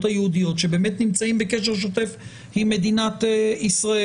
היהודיות באמת נמצאים בקשר שוטף עם מדינת ישראל.